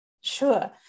Sure